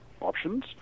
options